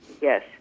yes